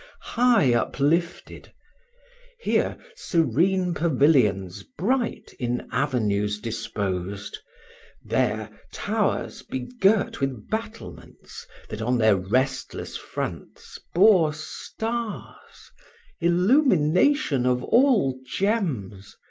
high uplifted here, serene pavilions bright in avenues disposed there towers begirt with battlements that on their restless fronts bore stars illumination of all gems!